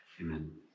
Amen